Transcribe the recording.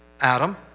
Adam